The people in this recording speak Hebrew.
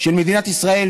של מדינת ישראל,